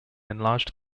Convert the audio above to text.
enlarged